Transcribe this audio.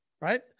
Right